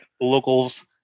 locals